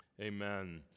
amen